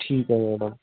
ठीक है मैडम